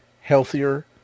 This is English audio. healthier